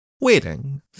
Waiting